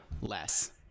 less